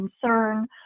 concern